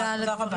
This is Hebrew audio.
תודה רבה.